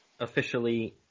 Officially